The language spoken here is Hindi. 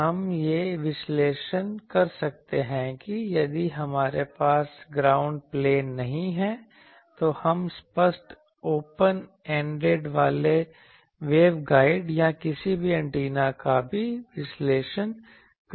तो अब हम यह विश्लेषण कर सकते हैं कि यदि हमारे पास ग्राउंड प्लेन नहीं है तो हम स्पष्ट ओपन एंडेड वाले वेवगाइड या किसी भी एंटीना का भी विश्लेषण कर सकते हैं